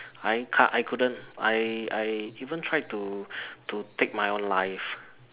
I can~ I couldn't I I even tried to to take my own life